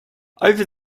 over